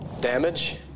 Damage